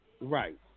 Right